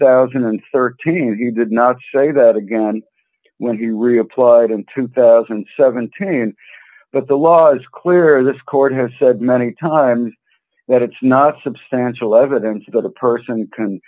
thousand and thirteen he did not say that again when he reapplied in two thousand and seventeen but the laws clear this court has said many times that it's not substantial evidence that a person can